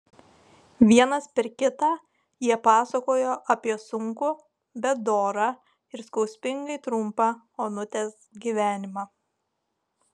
vienas per kitą jie pasakojo apie sunkų bet dorą ir skausmingai trumpą onutės gyvenimą